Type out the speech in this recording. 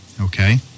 Okay